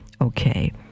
Okay